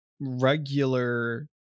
regular